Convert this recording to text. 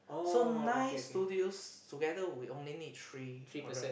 so nines studios together we only need three project